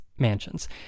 mansions